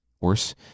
Worse